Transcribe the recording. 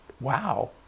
wow